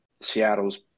Seattle's